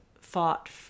fought